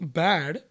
bad